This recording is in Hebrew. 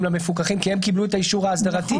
למפוקחים כי הם קיבלו את האישור האסדרתי,